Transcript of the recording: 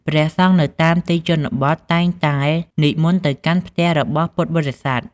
ព្រះសង្ឃនៅតាមទីជនបទតែងតែនិមន្តទៅកាន់ផ្ទះរបស់ពុទ្ធបរិស័ទ។